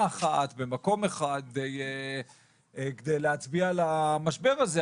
אחת במקום אחד כדי להצביע על המשבר הזה,